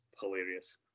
hilarious